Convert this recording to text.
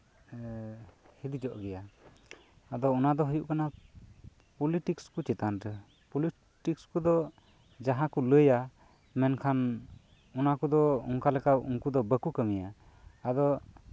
ᱦᱤᱸᱫᱤᱡᱚᱜ ᱜᱮᱭᱟ ᱟᱫᱚ ᱚᱱᱟᱫᱚ ᱦᱩᱭᱩᱜ ᱠᱟᱱᱟ ᱯᱚᱞᱤᱴᱤᱠᱥ ᱠᱚ ᱪᱮᱛᱟᱱ ᱨᱮ ᱯᱚᱞᱤᱴᱤᱠᱥ ᱠᱚᱫᱚ ᱡᱟᱦᱟᱸ ᱠᱚ ᱞᱟᱹᱭᱟ ᱢᱮᱱᱠᱷᱟᱱ ᱚᱱᱟ ᱠᱚᱫᱚ ᱚᱱᱠᱟᱞᱮᱠᱟ ᱩᱱᱠᱩᱫᱚ ᱵᱟᱠᱚ ᱠᱟᱹᱢᱤᱭᱟ ᱟᱫᱚ